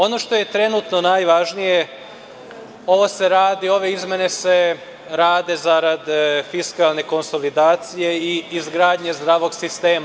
Ono što je trenutno najvažnije, ove izmene se rade zarad fiskalne konsolidacije i izgradnje zdravog sistema.